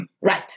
Right